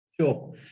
Sure